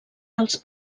dels